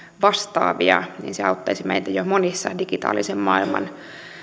vastaavia auttaisi meitä jo monissa digitaalisen maailman